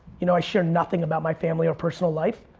you know i share nothing about my family or personal life.